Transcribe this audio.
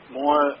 more